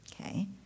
Okay